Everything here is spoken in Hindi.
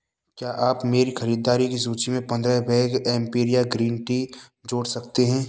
क्या आप मेरी खरीददारी की सूची में पंद्रह बैग एम्पिरिआ ग्रीन टी जोड़ सकते हैं